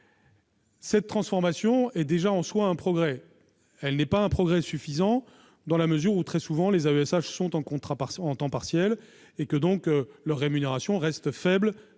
Cette transformation est déjà, en soi, un progrès, mais elle n'est pas un progrès suffisant, dans la mesure où, très souvent, les AESH sont à temps partiel et que leur rémunération reste, dans